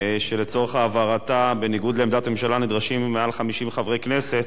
שלצורך העברתה בניגוד לעמדת הממשלה נדרשים מעל 50 חברי כנסת.